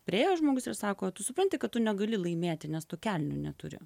priėjo žmogus ir sako tu supranti kad tu negali laimėti nes tu kelnių neturi